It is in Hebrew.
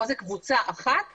פה זה קבוצה אחת